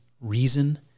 reason